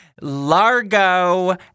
Largo